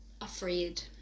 afraid